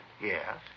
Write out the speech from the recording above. Yes